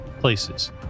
places